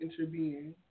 interbeing